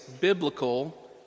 biblical